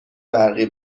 برقی